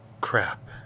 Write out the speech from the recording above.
crap